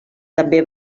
també